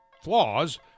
flaws